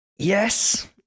Yes